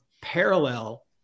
parallel